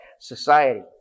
society